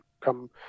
come